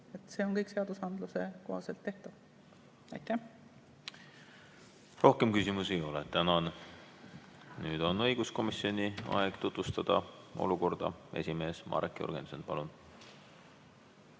See on kõik seadusandluse kohaselt tehtav. Rohkem küsimusi ei ole. Tänan! Nüüd on õiguskomisjonil aeg tutvustada olukorda. Esimees Marek Jürgenson, palun!